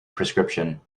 prescription